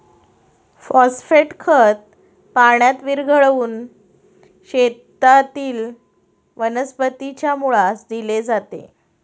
phosphate खत पाण्यात विरघळवून शेतातील वनस्पतीच्या मुळास दिले जाते